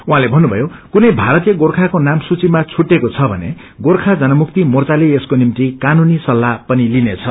उशैंले फन्नुभयो डुनै भारतीय गोर्खाका नाम सूथिमा छुट्टिएको छ भने गोर्खा जनमुक्ति मोद्यले यसको निश्ति कानूनी सल्लाह पनि लिनेछ